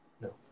No